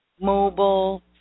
mobile